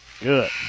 Good